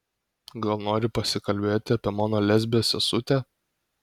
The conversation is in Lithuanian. gal nori pasikalbėti apie mano lesbę sesutę